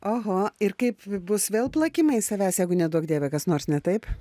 oho ir kaip bus vėl plakimai savęs jeigu neduok dieve kas nors ne taip